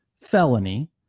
felony